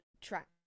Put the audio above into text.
track